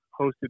hosted